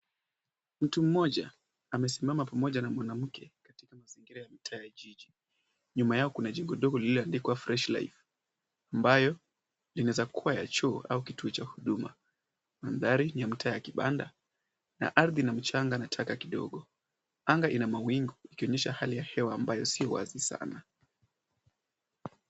Mtu mmoja amesimama pamoja na mwanamke, katika mazingira ya mtaa ya jiji, nyuma yao kuna jengo ndogo lililoandikwa fresh life ambayo inaweza kuwa ya choo au kituo cha huduma , mandhari ni mtaa ya kibanda na ardhi ina mchanga na taka kidogo .Anga lina mawingu ikionyesha hali ya hewa ambayo sio wazi sana.